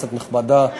כנסת נכבדה,